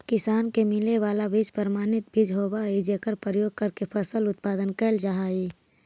किसान के मिले वाला बीज प्रमाणित बीज होवऽ हइ जेकर प्रयोग करके फसल उत्पादन कैल जा हइ